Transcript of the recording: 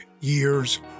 years